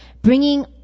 Bringing